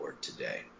today